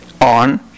on